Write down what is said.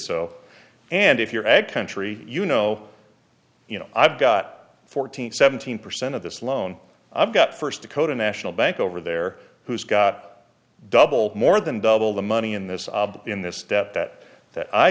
so and if you're ed country you know you know i've got fourteen seventeen percent of this loan i've got first dakota national bank over there who's got double more than double the money in this ob in this debt that